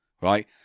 right